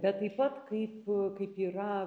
bet taip pat kaip kaip yra